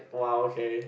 wow okay